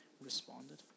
responded